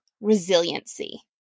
resiliency